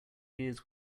years